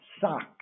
sock